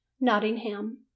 Nottingham